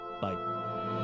bye